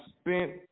spent